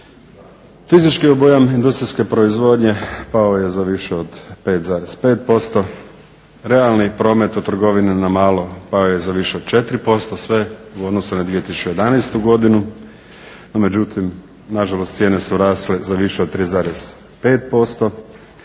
Fizički obujam industrijske proizvodnje pao je za više od 5,5%, realni promet u trgovini na malo pao je za više od 4%, sve u odnosu na 2011. godinu. No, međutim, nažalost cijene su rasle za više od 3,5%.